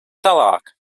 tālāk